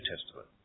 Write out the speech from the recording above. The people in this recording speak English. Testament